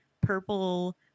purple